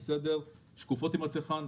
שהן שקופות עם הצרכן,